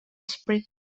spread